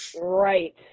Right